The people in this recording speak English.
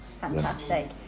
Fantastic